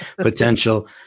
potential